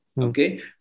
Okay